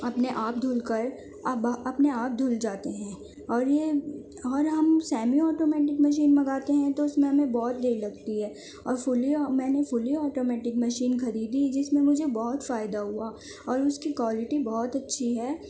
اپنے آپ دھل کر اب اپنے آپ دھل جاتے ہیں اور یہ اور ہم سیمی آٹومیٹک مشین منگاتے ہیں تو اس میں ہمیں بہت دیر لگتی ہے اور فلی میں نے فلی آٹومیٹک مشین خریدی جس میں مجھے بہت فائدہ ہوا اور اس کی کوالٹی بہت اچھی ہے